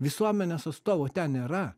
visuomenės atstovų ten nėra